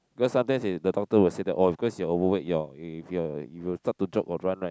because sometimes they the doctor will say that oh because you're overweight you're you will start to jog or run right